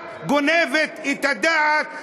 את גונבת את הדעת,